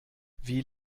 wie